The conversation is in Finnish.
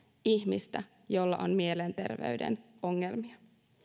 ihmistä jolla on mielenterveyden ongelmia